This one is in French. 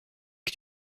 que